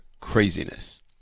craziness